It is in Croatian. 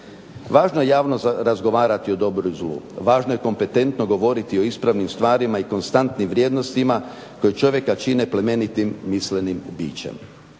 Važno je javno razgovarati o dobru i zlu, važno je kompetentno govoriti o ispravnim stvarima i konstantnim vrijednostima koje čovjeka čine plemenitim, mislenim bićem.